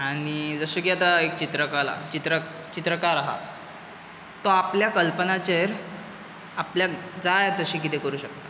आनी जशें की आतां एक चित्रका चित्र चित्रकार आसा तो आपल्या कल्पनाचेर आपल्याक जाय तशी कितें करूंक शकता